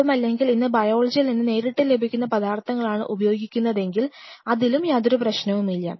അതുമല്ലെങ്കിൽ ഇന്ന് ബയോളജിയിൽ നിന്ന് നേരിട്ട് ലഭിക്കുന്ന പദാർഥങ്ങളാണ് ഉപയോഗിക്കുന്നതെങ്കിൽ അതിലും യാതൊരു പ്രശ്നവുമില്ല